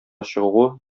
чыгуы